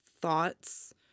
thoughts